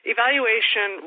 Evaluation